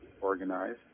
organized